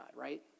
right